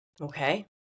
Okay